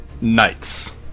knights